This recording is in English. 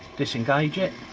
disengage it